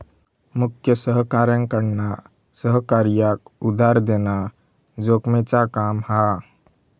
मुख्य सहकार्याकडना सहकार्याक उधार देना जोखमेचा काम हा